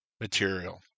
material